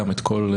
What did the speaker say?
לא.